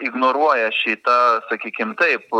ignoruoja šitą sakykim taip